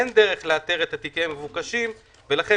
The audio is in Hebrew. אין דרך לאתר את התיקים המבוקשים ולכן